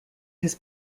his